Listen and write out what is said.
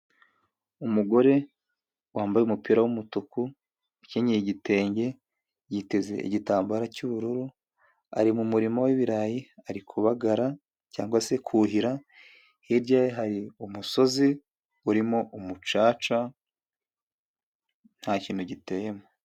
Umugore wambaye umupira w'umutuku, ukenyeye igitenge, yiteze igitambararo cy'ubururu ari mu murima w'ibirayi ari kubagara cyangwa se kuhira, hirya ye hari umusozi urimo umucaca nta kintu giteyemo.